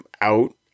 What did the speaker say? out